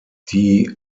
die